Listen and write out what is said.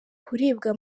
kuribwa